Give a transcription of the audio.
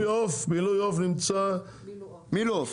מילועוף נמצא --- מילועוף